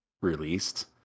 released